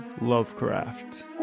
Lovecraft